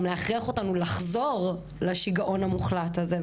גם להכריח אותנו לחזור לשגעון המוחלט הזה,